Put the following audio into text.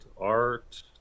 Art